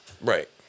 Right